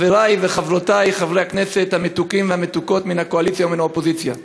חברי וחברותי חברי הכנסת המתוקים והמתוקות מן הקואליציה ומן האופוזיציה,